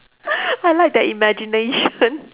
I like that imagination